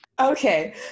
Okay